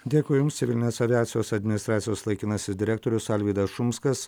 dėkui jums civilinės aviacijos administracijos laikinasis direktorius alvydas šumskas